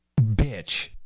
bitch